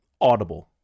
audible